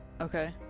Okay